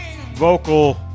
vocal